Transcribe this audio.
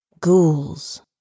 Ghouls